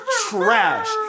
trash